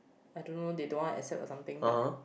I don't know they don't want accept or something but